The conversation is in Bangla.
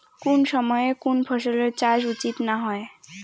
কুন সময়ে কুন ফসলের চাষ করা উচিৎ না হয়?